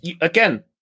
again